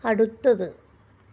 അടുത്തത്